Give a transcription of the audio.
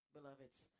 Beloveds